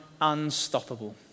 unstoppable